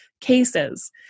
cases